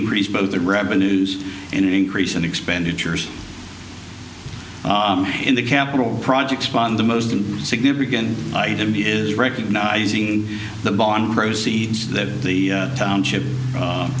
increase both the revenues and an increase in expenditures in the capital projects paan the most significant item is recognizing the bond proceeds that the township